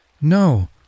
No